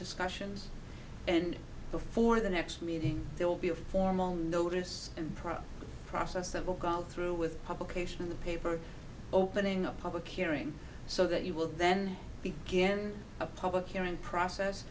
discussions and before the next meeting there will be a formal notice and proper process that will go through with publication of the paper opening a public hearing so that you will then begin a public hearing process